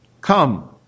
Come